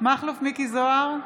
מכלוף מיקי זוהר,